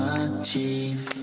achieve